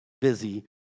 busy